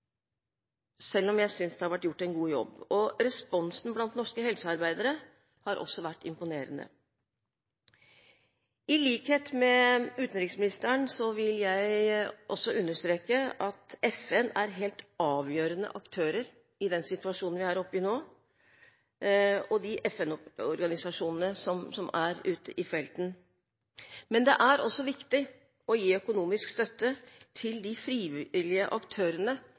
selv om jeg synes det har vært gjort en god jobb. Responsen blant norske helsearbeidere har også vært imponerende. I likhet med utenriksministeren vil jeg understreke at FN og de FN-organisasjonene som er ute i felten, er helt avgjørende aktører i den situasjonen vi er oppe i nå. Men det er også viktig å gi økonomisk støtte til de frivillige aktørene